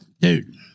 dude